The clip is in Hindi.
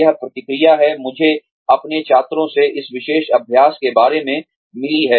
यह प्रतिक्रिया है मुझे अपने छात्रों से इस विशेष अभ्यास के बारे में मिली है